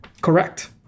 Correct